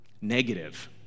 negative